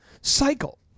cycle